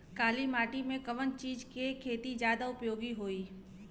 काली माटी में कवन चीज़ के खेती ज्यादा उपयोगी होयी?